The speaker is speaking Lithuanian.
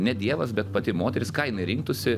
ne dievas bet pati moteris ką jinai rinktųsi